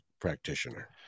practitioner